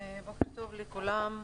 בוקר טוב לכולם.